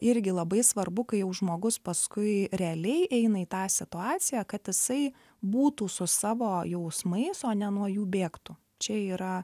irgi labai svarbu kai jau žmogus paskui realiai eina į tą situaciją kad jisai būtų su savo jausmais o ne nuo jų bėgtų čia yra